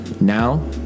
now